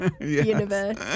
universe